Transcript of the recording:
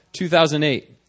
2008